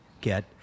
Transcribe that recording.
get